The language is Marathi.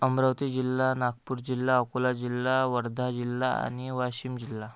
अमरावती जिल्हा नागपूर जिल्हा अकोला जिल्हा वर्धा जिल्हा आणि वाशिम जिल्हा